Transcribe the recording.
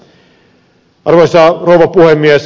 arvoisa rouva puhemies